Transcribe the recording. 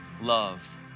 love